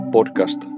Podcast